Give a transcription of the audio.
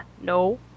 No